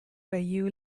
bayou